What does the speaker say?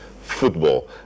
football